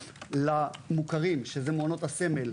למוכרים שזה מעונות הסמל